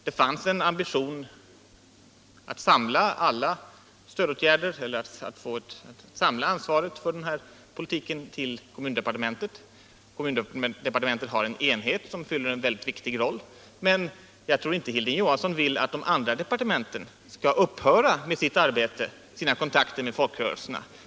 Det fanns en ambition att samla ansvaret för denna politik till kommundepartementet, och detta departement har en enhet som spelar en mycket viktig roll i detta sammanhang, men jag tror inte att Hilding Johansson vill att de andra departementen skall upphöra med sina kontakter med folkrörelserna.